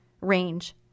range